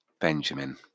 Benjamin